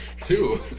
Two